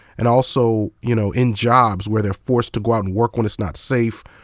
and also you know in jobs where they're forced to go out and work when it's not safe.